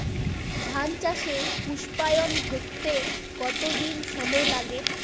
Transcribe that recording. ধান চাষে পুস্পায়ন ঘটতে কতো দিন সময় লাগে?